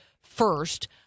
first